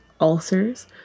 ulcers